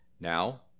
Now